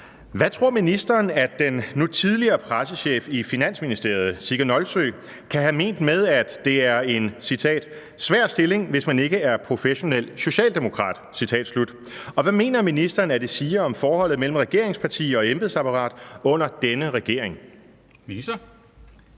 Hvad tror ministeren at den nu tidligere pressechef i Finansministeriet, Sigga Nolsøe, kan have ment med, at det er en »svær stilling, hvis man ikke er professionel socialdemokrat«, og hvad mener ministeren at det siger om forholdet mellem regeringsparti og embedsapparat under denne regering? Kl.